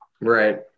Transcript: right